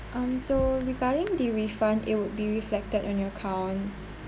um so regarding the refund it would be reflected on your account